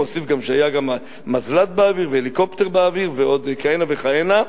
הוא הוסיף שהיה גם מזל"ט באוויר והליקופטר באוויר ועוד כהנה וכהנה,